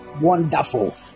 wonderful